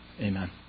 Amen